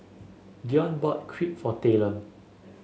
Dion bought Crepe for Talon